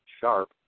sharp